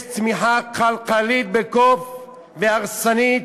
יש צמיחה קלקלית והרסנית,